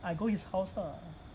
I go his house lah